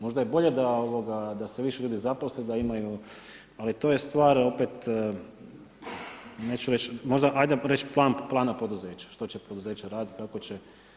Možda je bolje da se više ljudi zaposli, da imaju ali to je stvar opet neću reći, možda hajde reći plana poduzeća, što će poduzeće raditi, kako će.